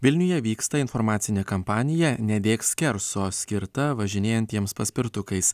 vilniuje vyksta informacinė kampanija nedėk skerso skirta važinėjantiems paspirtukais